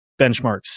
benchmarks